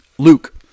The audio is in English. Luke